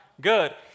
Good